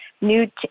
new